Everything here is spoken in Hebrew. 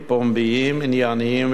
ענייניים ושוויוניים.